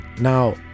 Now